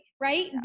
right